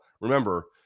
remember